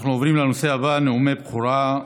אנחנו עוברים לנושא הבא: נאומי בכורה.